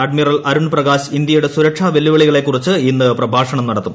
admiral Arun Prakash ഇന്ത്യയുടെ സുരക്ഷാ വെല്ലുവിളികളെക്കുറിച്ച് ഇന്ന് പ്രഭാഷണം നടത്തും